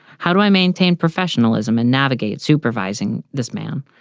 how do i maintain professionalism and navigate supervising this man?